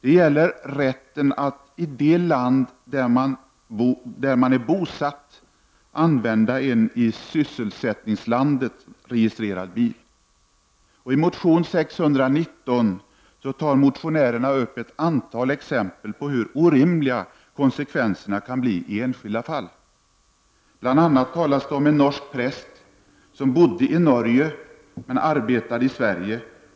Det gäller rätten att i det land där man är bosatt använda en i sysselsättningslandet registrerad bil. I motion Sk619 tar motionärerna upp ett antal exempel på hur orimliga konsekvenserna kan bli i enskilda fall. Det talas bl.a. om en norsk präst som bodde i Norge men arbetade i Sverige.